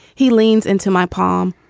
he leans into my palm.